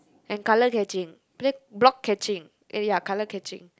and color catching play block catching eh ya color catching